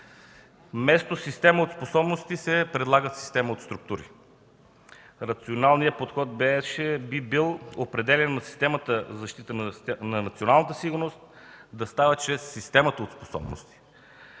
вместо система от способности се предлага система от структури. Рационалният подход би бил определянето на системата за защита на националната сигурност да става чрез система от способности.